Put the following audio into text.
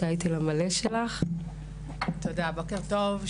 בוקר טוב,